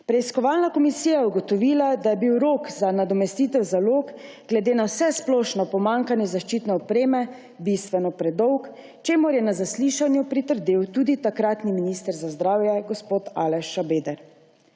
Preiskovalna komisija je ugotovila, da je bil rok za nadomestitev zalog glede na vsesplošno pomanjkanje zaščitne opreme bistveno predolg, čemur je na zaslišanju pritrdil tudi takratni minister za zdravje gospod Aleš Šabeder.